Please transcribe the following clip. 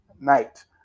night